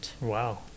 Wow